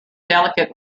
delicate